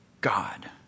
God